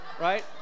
Right